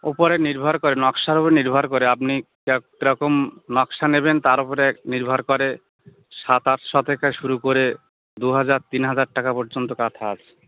উপরে নির্ভর করে নকশার উপর নির্ভর করে আপনি কীরকম নকশা নেবেন তার উপরে নির্ভর করে সাত আটশো থেকে শুরু করে দু হাজার তিন হাজার টাকা পর্যন্ত কাঁথা আছে